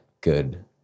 good